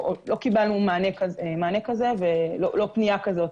לא קיבלנו מענה כזו ולא פנייה כזו,